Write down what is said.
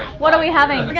what are we having?